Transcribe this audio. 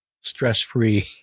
stress-free